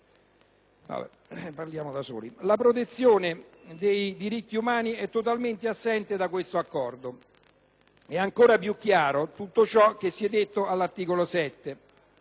La protezione dei diritti umani è totalmente assente da questo Accordo. È ancora più chiaro tutto ciò se l'articolo 7